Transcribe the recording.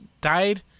died